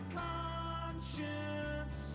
conscience